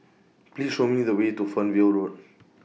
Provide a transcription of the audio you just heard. Please Show Me The Way to Fernvale Road